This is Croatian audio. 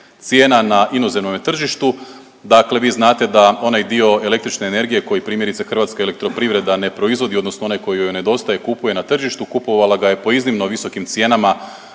cijena na inozemnome tržištu. Dakle vi znate da onaj dio električne energije koji primjerice HEP ne proizvodi odnosno onaj koji joj nedostaje kupuje na tržištu, kupovala ga je po iznimno visokim cijenama